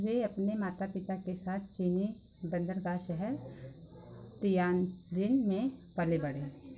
वे अपने माता पिता के साथ चीनी बंदरगाह शहर तियानजिन में पले बढ़े